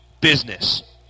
Business